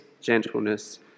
gentleness